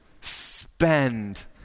spend